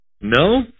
No